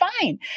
fine